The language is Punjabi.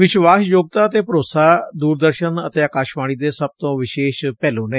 ਵਿਸ਼ਵਾਸਯੋਗਤਾ ਅਤੇ ਭਰੋਸਾ ਦੂਰਦਰਸ਼ਨ ਅਤੇ ਅਕਾਸ਼ਾਵਾਣੀ ਦੇ ਸਭ ਰੋ ਵਿਸ਼ੇਸ਼ ਪਹਿਲੁ ਨੇ